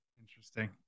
interesting